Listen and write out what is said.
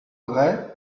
regret